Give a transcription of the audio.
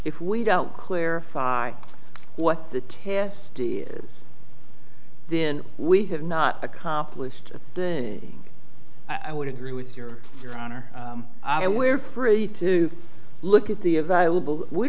if we don't clarify what the test is then we have not accomplished i would agree with your your honor i were free to look at the available we